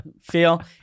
feel